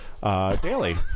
Daily